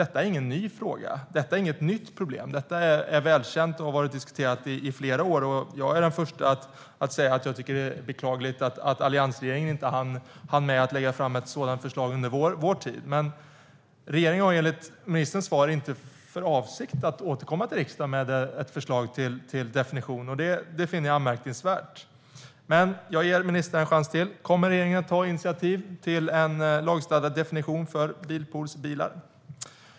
Detta är ingen ny fråga och inget nytt problem, utan detta är välkänt och har diskuterats i flera år. Jag är den förste att säga att jag tycker att det är beklagligt att alliansregeringen inte hann med att lägga fram ett sådant förslag under vår tid. Men regeringen har enligt ministerns svar inte för avsikt att återkomma till riksdagen med ett förslag till definition, och det finner jag anmärkningsvärt. Men jag ger ministern en chans till. Kommer regeringen att ta initiativ till en lagstadgad definition för bilpoolsbilar?